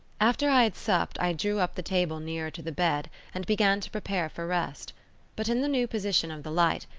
after i had supped i drew up the table nearer to the bed and began to prepare for rest but in the new position of the light,